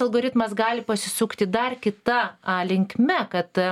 algoritmas gali pasisukti dar kita a linkme kad